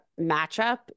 matchup